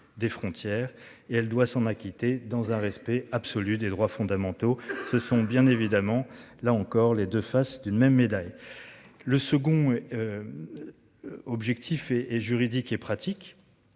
des frontières, et elle doit s'en acquitter, dans un respect absolu des droits fondamentaux, ce sont bien évidemment là encore les 2 faces d'une même médaille. Le second. Objectif et juridiques et pratiques.